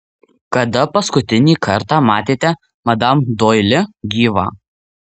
kada paskutinį kartą matėte madam doili gyvą